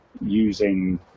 using